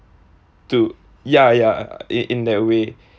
to yeah yeah i~ in that way